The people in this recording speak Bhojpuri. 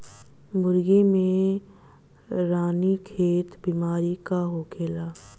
मुर्गी में रानीखेत बिमारी का होखेला?